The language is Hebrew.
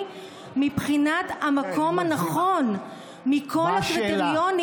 מבחינת המקום הנכון מכל הקריטריונים,